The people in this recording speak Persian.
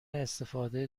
استفاده